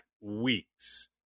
weeks